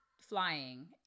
flying